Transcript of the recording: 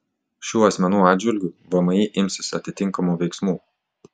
šių asmenų atžvilgiu vmi imsis atitinkamų veiksmų